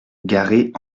garée